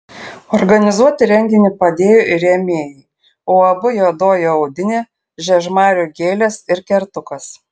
organizuoti renginį padėjo ir rėmėjai uab juodoji audinė žiežmarių gėlės ir kertukas